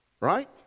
right